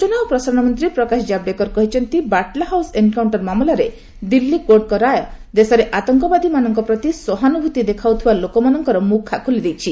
ସୂଚନା ଓ ପ୍ରସାରଣ ମନ୍ତ୍ରୀ ପ୍ରକାଶ ଜାବଡେକର କହିଛନ୍ତି ବାଟଲା ହାଉସ୍ ଏନକାଉଷ୍ଟର ମାମଲାରେ ଦିଲ୍ଲୀ କୋର୍ଟଙ୍କ ରାୟ ଦେଶରେ ଆତଙ୍କବାଦୀମାନଙ୍କ ପ୍ରତି ସହାନୁଭୂତି ଦେଖାଉଥିବା ଲୋକମାନଙ୍କ ମୁଖା ଖୋଲି ଦେଇଛି